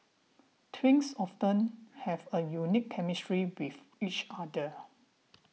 twins often have a unique chemistry with each other